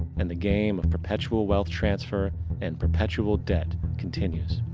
and the game of perpetual wealth transfer and perpetual debt continues.